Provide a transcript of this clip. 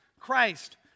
Christ